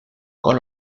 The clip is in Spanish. con